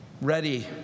ready